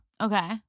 Okay